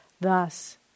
Thus